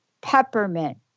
peppermint